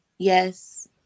Yes